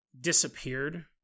disappeared